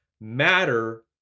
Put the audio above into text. matter